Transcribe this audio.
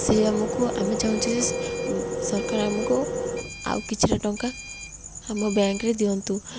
ସେ ଆମକୁ ଆମେ ଚାହୁଁଛୁ ଯେ ସରକାର ଆମକୁ ଆଉ କିଛିଟା ଟଙ୍କା ଆମ ବ୍ୟାଙ୍କରେ ଦିଅନ୍ତୁ